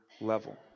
level